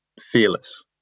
fearless